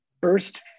first